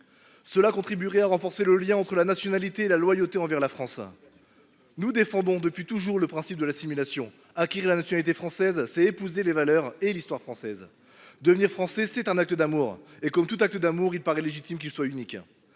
ainsi qu’à renforcer le lien entre la nationalité et la loyauté envers la France. Nous défendons en effet depuis toujours le principe de l’assimilation. Acquérir la nationalité française, c’est épouser les valeurs et l’histoire françaises ; devenir Français est un acte d’amour. Comme tel, il semble légitime qu’il soit unique.